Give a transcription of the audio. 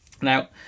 Now